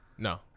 No